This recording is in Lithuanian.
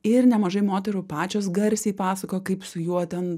ir nemažai moterų pačios garsiai pasakoja kaip su juo ten